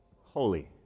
holy